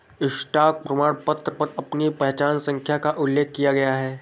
stock प्रमाणपत्र पर आपकी पहचान संख्या का उल्लेख किया गया है